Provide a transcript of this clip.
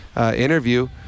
interview